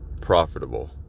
profitable